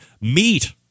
meat